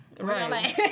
Right